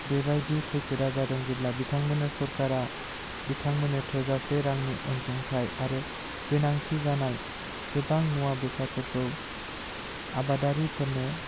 बेबायदि खैफोदा जादों जेब्ला बिथांमोना सरखारा बिथांमोननो थोजासे रांनि अनसुंथाइ आरो गोनांथि जानाय गोबां मुवा बेसादफोरखौ आबादारिफोरनो